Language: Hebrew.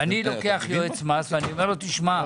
אני לוקח יועץ מס ואני אומר לו: תשמע,